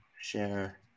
share